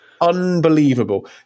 unbelievable